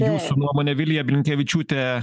jūsų nuomone vilija blinkevičiūtė